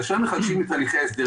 כאשר מחדשים את תהליכי ההסדר,